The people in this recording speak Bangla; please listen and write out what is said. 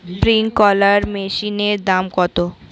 স্প্রিংকলার মেশিনের দাম কত?